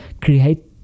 create